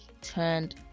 turned